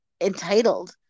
entitled